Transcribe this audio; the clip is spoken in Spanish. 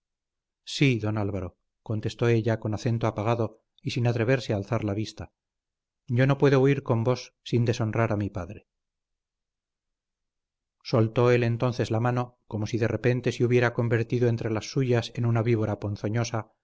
sí don álvaro contestó ella con acento apagado y sin atreverse a alzar la vista yo no puedo huir con vos sin deshonrar a mi padre soltó él entonces la mano como si de repente se hubiera convertido entre las suyas en una víbora ponzoñosa